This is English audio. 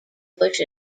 bush